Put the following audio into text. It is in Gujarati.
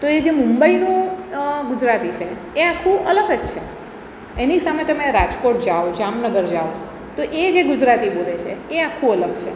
તોએ જે મુંબઈનું ગુજરાતી છે એ આખું અલગ જ છે એની સામે તમે રાજકોટ જાઓ જામનગર જાઓ તો એ જે ગુજરાતી બોલે છે એ આખું અલગ છે